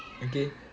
okay